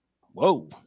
Whoa